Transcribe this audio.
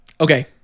Okay